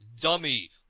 dummy